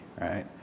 right